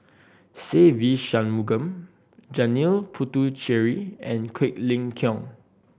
Se Ve Shanmugam Janil Puthucheary and Quek Ling Kiong